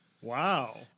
Wow